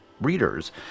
readers